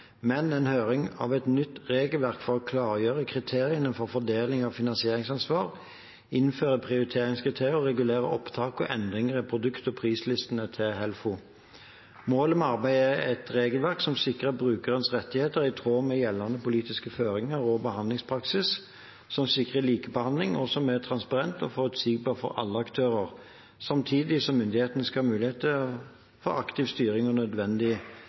men en høring av et nytt regelverk for å klargjøre kriteriene for fordeling av finansieringsansvar, innføre prioriteringskriterier og regulere opptak og endringer i produkt- og prislistene til Helfo. Målet med arbeidet er et regelverk som sikrer at brukernes rettigheter er i tråd med gjeldende politiske føringer og behandlingspraksis, som sikrer likebehandling, og som er transparent og forutsigbart for alle aktører, samtidig som myndighetene skal ha mulighet for aktiv styring og nødvendig